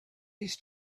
his